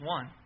One